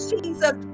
Jesus